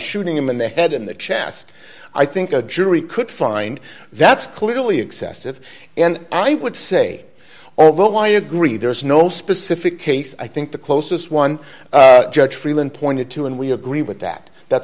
shooting him in the head in the chest i think a jury could find that's clearly excessive and i would say although i agree there is no specific case i think the closest one judge freelon pointed to and we agree with that that